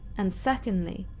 and, secondly,